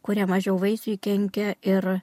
kurie mažiau vaisiui kenkia ir